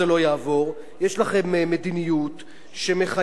יש לכם מדיניות שמחייבת הטלת מע"מ לא